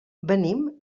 venim